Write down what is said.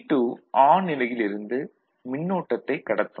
T2 on நிலையில் இருந்து மின்னோட்டத்தைக் கடத்தும்